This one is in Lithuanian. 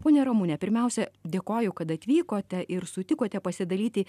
ponia ramune pirmiausia dėkoju kad atvykote ir sutikote pasidalyti